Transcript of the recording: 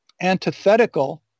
antithetical